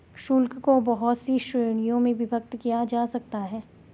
शुल्क को बहुत सी श्रीणियों में विभक्त किया जा सकता है